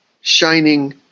shining